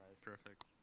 perfect